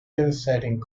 devastating